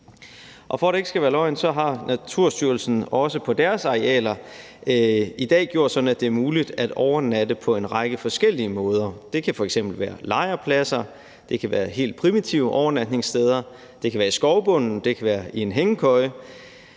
For at det ikke skal være løgn, har Naturstyrelsen også på deres arealer i dag gjort det muligt at overnatte på en række forskellige måder. Det kan f.eks. være lejrpladser, det kan være helt primitive overnatningssteder, det kan være i skovbunden, det kan være i en hængekøje.